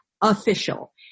official